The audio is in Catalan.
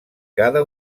cada